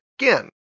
again